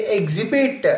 exhibit